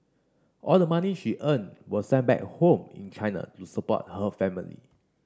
all the money she earned was sent back home in China to support her family